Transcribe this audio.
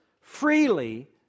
freely